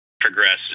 progress